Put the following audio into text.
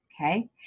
okay